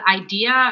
idea